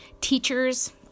Teachers